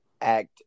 act